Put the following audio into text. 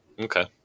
Okay